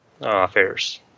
affairs